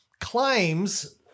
claims